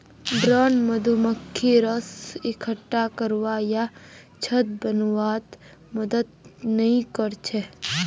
drone मधुमक्खी रस इक्कठा करवा या छत्ता बनव्वात मदद नइ कर छेक